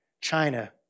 China